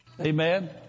amen